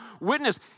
witness